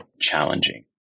challenging